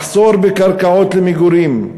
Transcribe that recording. מחסור בקרקעות למגורים.